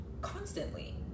Constantly